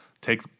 take